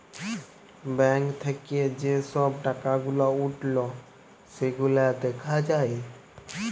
bank থাক্যে যে সব টাকা গুলা উঠল সেগুলা দ্যাখা যায়